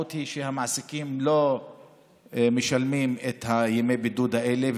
המשמעות היא שהמעסיקים לא משלמים את ימי הבידוד האלה,